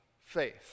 faith